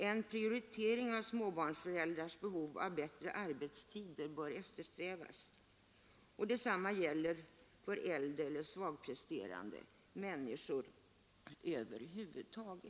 En prioritering av Nr 113 småbarnsföräldrars behov av bättre arbetstider bör eftersträvas. Detsam Torsdagen den ma gäller för äldre eller svagpresterande människor över huvud taget.